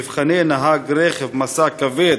מבחני "נהג רכב משא כבד"